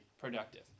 productive